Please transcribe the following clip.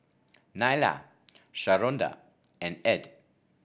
Nyla Sharonda and Ed